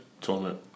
tournament